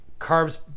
Carbs